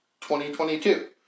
2022